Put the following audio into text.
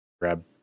grab